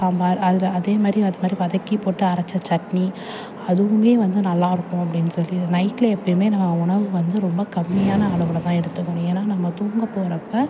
சாம்பார் அதில் அதேமாதிரி அதுமாதிரி வதக்கி போட்டு அரைச்ச சட்னி அதுவும் வந்து நல்லாயிருக்கும் அப்படினு சொல்லிட்டு நைட்டில் எப்பயும் நம்ம உணவு வந்து ரொம்ப கம்மியான அளவில் தான் எடுத்துக்கணும் ஏன்னா நம்ம தூங்கப்போகிறப்ப